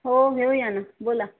हो घेऊया ना बोला